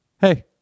hey